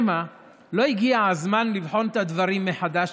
שמא לא הגיע הזמן לבחון את הדברים מחדש?